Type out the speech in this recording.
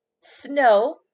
Snow